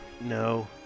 no